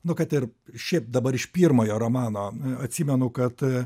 nu kad ir šiaip dabar iš pirmojo romano atsimenu kad